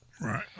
Right